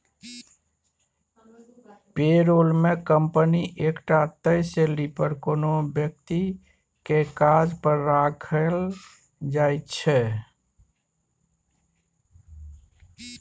पे role मे company द्वारा एकटा तय सेलरी पर कोनो बेकती केँ काज पर राखल जाइ छै